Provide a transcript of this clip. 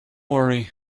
worry